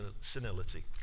senility